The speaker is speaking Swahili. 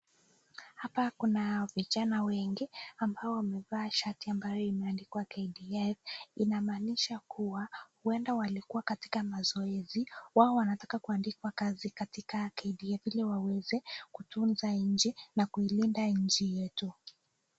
Hapa kuna vijana wengi ambao wamevaa shati ambayo imeandikwa KDF, inamaanisha kuwa huenda walikuwa katika mazoezi. Wao wanataka kuandikwa kazi katika kdf ili waweze kutunza nji na kuilinda nchi yetu.